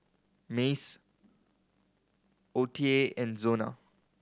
Mace O T A and Zona